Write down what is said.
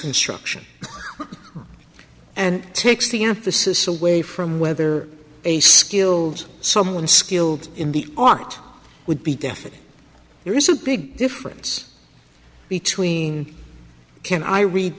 construction and takes the emphasis away from whether a skilled someone skilled in the art would be definite there is a big difference between can i read